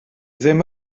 ddim